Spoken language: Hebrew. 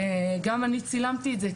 וגם אני צילמתי את זה,